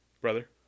brother